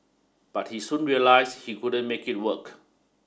but he soon realised he couldn't make it work